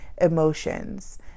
emotions